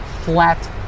flat